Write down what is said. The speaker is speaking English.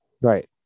Right